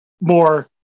more